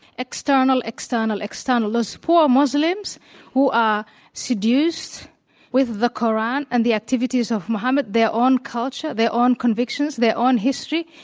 external, external, external, those poor muslims who are seduced with the koran and the activities of mohammad, their own culture, their own convictions, their own history,